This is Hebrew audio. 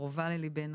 היא קרובה ללבנו.